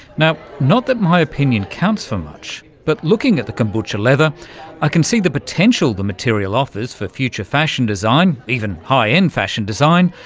now, not that my opinion counts for much but looking at the kombucha leather i can see the potential the material offers for future fashion design, even high-end fashion design.